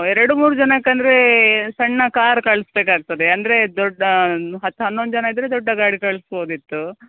ಎರಡು ಮೂರು ಜನಕ್ಕಂದರೆ ಸಣ್ಣ ಕಾರ್ ಕಳಿಸ್ಬೇಕಾಗ್ತದೆ ಅಂದ್ರೆ ದೊಡ್ಡ ಹತ್ತು ಹನ್ನೊಂದು ಜನ ಇದ್ದರೆ ದೊಡ್ಡ ಗಾಡಿ ಕಳಿಸ್ಬೋದಿತ್ತು